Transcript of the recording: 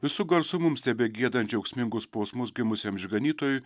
visu garsu mums tebegiedant džiaugsmingus posmus gimusiam išganytojui